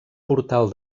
portal